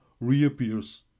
reappears